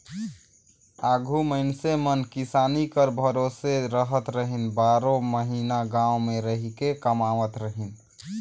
आघु मइनसे मन किसानी कर भरोसे रहत रहिन, बारो महिना गाँव मे रहिके कमावत रहिन